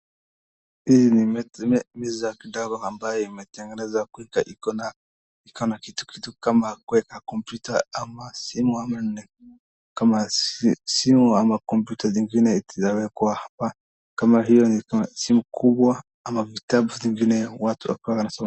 Hii ni meza ya kitabu ambayo imetengenezwa kuweka, iko na kitukitu kama kuweka kompyuta ama simu kama simu ama kompyuta zingine zinawekwa hapa kama hiyo ni simu kubwa ama vitabu zingine watu wakiwa darasa wanaweka.